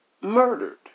murdered